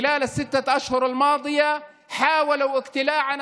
ב-16 החודשים החולפים ניסו לעקור אותנו